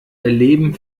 erleben